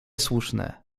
słuszne